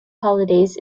holidays